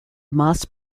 maas